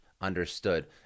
understood